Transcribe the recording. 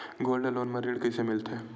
Gold loan म ऋण कइसे मिलथे?